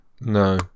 No